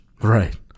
Right